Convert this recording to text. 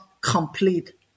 complete